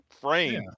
frame